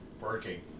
Working